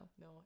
no